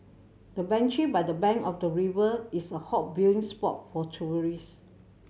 the bench by the bank of the river is a hot viewing spot for tourists